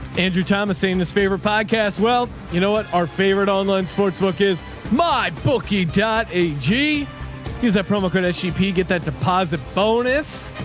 andrew thomas seen this favorite podcast. well, you know what? our favorite online sportsbook is my bookie dot a g. he's a promo credit sheepy. get that deposit bonus.